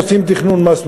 עושות תכנון מס נוסף.